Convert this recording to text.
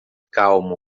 calmo